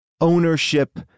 ownership